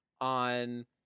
on